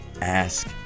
ask